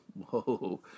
whoa